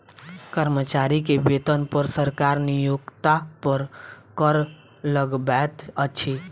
कर्मचारी के वेतन पर सरकार नियोक्ता पर कर लगबैत अछि